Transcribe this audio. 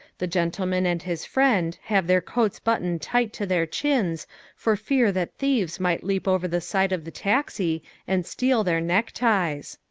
the gentleman and his friend have their coats buttoned tight to their chins for fear that thieves might leap over the side of the taxi and steal their neckties.